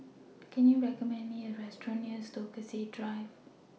Can YOU recommend Me A Restaurant near Stokesay Drive